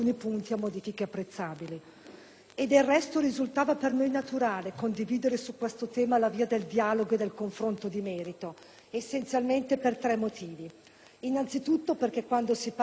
Del resto, risultava per noi naturale condividere su questo tema la via del dialogo e del confronto di merito essenzialmente per tre motivi. Innanzi tutto perché quando si parla di riforme delle istituzioni